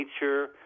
nature